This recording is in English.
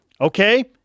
Okay